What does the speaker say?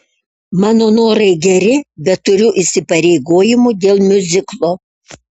mano norai geri bet turiu įsipareigojimų dėl miuziklo